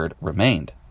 remained